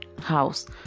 house